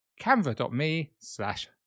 Canva.me/Slash